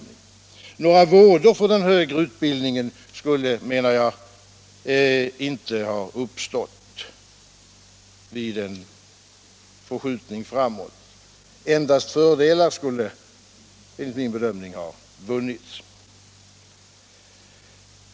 Några vådor för den högre utbildningen skulle, menar jag, inte ha uppstått vid en förskjutning framåt i tiden, endast fördelar skulle enligt min bedömning ha vunnits.